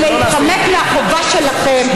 לא ניתן לכם להתחמק מהחובה שלכם,